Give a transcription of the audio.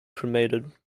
cremated